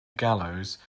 gallows